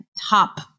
top